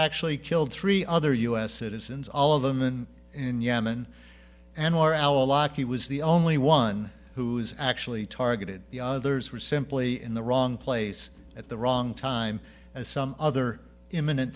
actually killed three other u s citizens all of them and in yemen and more our locky was the only one who's actually targeted the others were simply in the wrong place at the wrong time as some other imminent